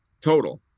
total